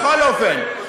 בכל אופן,